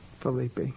Felipe